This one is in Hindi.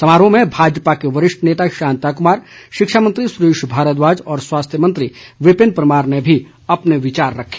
समारोह में भाजपा के वरिष्ठ नेता शांता कुमार शिक्षा मंत्री सुरेश भारद्वाज और स्वास्थ्य मंत्री विपिन परमार ने भी अपने विचार रखे